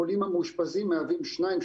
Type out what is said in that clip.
חולים המאושפזים מהווים 2%,